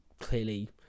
clearly